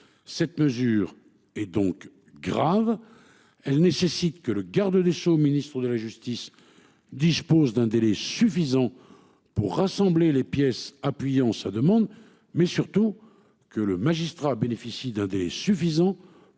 cette mesure est donc grave elle nécessite que le garde des Sceaux, ministre de la justice. Dispose d'un délai suffisant pour rassembler les pièces, appuyant sa demande mais surtout que le magistrat bénéficient d'un délai suffisant